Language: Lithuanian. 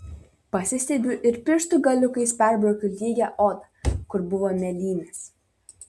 pasistiebiu ir pirštų galiukais perbraukiu lygią odą kur buvo mėlynės